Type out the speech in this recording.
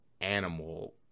animal